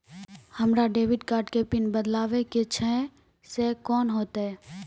हमरा debit card के PIN बदलबावै के छैं से कौन होतै?